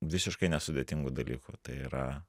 visiškai nesudėtingu dalyku tai yra